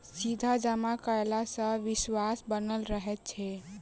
सीधा जमा कयला सॅ विश्वास बनल रहैत छै